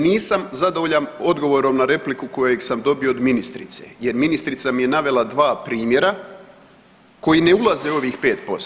Nisam zadovoljan odgovorom na repliku kojeg sam dobio od ministrice jer ministrica mi je navela dva primjera koji ne ulaze u ovih 5%